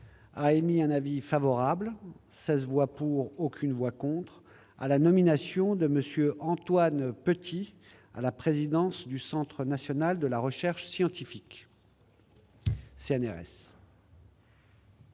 a émis un avis favorable- 16 voix pour, aucune voix contre -à la nomination de M. Antoine Petit à la présidence du Centre national de la recherche scientifique.